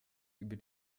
über